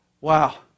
Wow